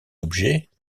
objets